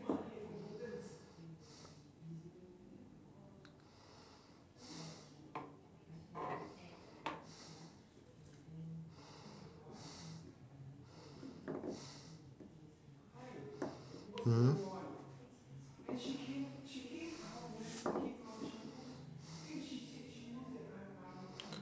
mmhmm